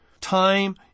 time